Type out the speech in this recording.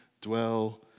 dwell